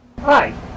Hi